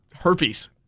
Herpes